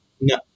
No